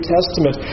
Testament